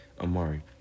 amari